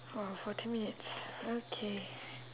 oh forty minutes okay